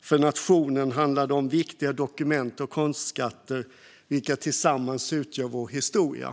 För nationen handlar det om viktiga dokument och konstskatter, vilka tillsammans utgör vår historia.